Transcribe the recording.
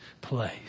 place